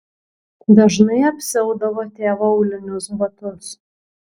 dažnai apsiaudavo tėvo aulinius batus